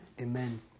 Amen